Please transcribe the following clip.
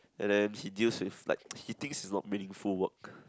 and then he deals with like he thinks it's not meaningful work